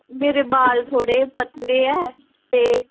मेरे बाल थोह्ड़े पतले ऐ ते